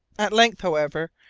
at length, however,